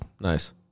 Nice